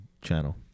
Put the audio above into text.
channel